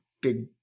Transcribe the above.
big